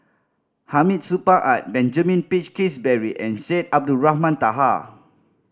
Hamid Supaat Benjamin Peach Keasberry and Syed Abdulrahman Taha